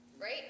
right